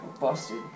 Busted